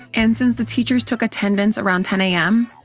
and since the teachers took attendance around ten a m,